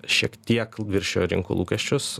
šiek tiek viršijo rinkų lūkesčius